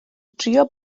drio